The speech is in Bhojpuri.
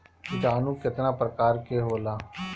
किटानु केतना प्रकार के होला?